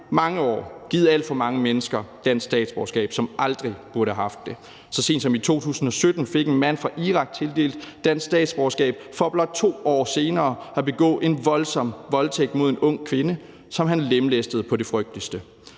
mange år givet alt for mange mennesker dansk statsborgerskab, som aldrig burde have haft det. Så sent som i 2017 fik en mand fra Irak tildelt dansk statsborgerskab for blot 2 år senere at begå en voldsom voldtægt mod en ung kvinde, som han lemlæstede på det frygteligste.